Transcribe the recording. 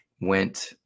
went